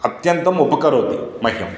अत्यन्तम् उपकरोति मह्यं